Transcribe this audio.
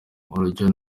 urujya